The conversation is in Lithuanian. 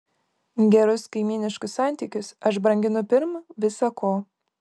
gerus kaimyniškus santykius aš branginu pirm visa ko